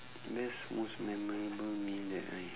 best most memorable meal that I